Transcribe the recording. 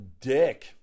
dick